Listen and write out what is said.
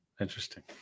Interesting